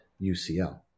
UCL